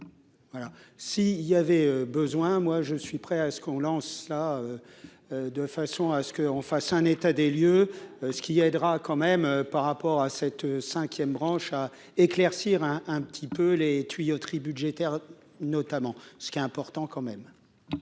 il y avait besoin, hein, moi je suis prêt à ce qu'on lance là de façon à ce qu'on fasse un état des lieux, ce qui aidera quand même par rapport à cette 5ème, branche à éclaircir un un petit peu les tuyauteries budgétaire notamment, ce qui est important quand même.